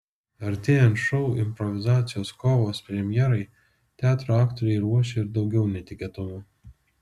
artėjant šou improvizacijos kovos premjerai teatro aktoriai ruošia ir daugiau netikėtumų